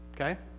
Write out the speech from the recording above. Okay